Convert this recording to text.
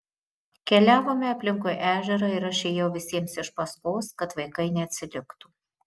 keliavome aplinkui ežerą ir aš ėjau visiems iš paskos kad vaikai neatsiliktų